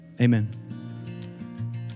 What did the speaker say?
Amen